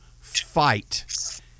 fight